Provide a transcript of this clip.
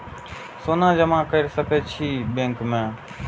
सोना जमा कर सके छी बैंक में?